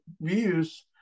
views